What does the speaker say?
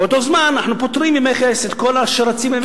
ובאותו זמן אנחנו פוטרים ממכס את כל השרצים למיניהם?